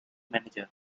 manager